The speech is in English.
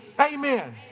Amen